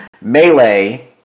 Melee